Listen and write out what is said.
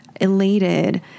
elated